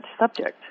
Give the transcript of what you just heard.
subject